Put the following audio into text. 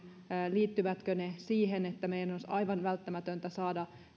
liittyvätkö ne siihen että meidän olisi aivan välttämätöntä saada